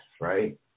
right